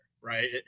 right